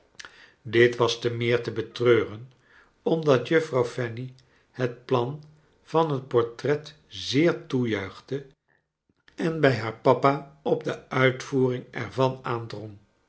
dit was te meer te betreuren omdat juffrouw fanny het plan van het portret zeer toejuichte en bij haar papa op de uitvoering er